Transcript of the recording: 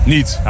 Niet